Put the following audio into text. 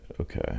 Okay